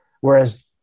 whereas